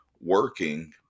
working